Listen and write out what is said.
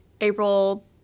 april